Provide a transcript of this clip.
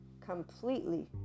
completely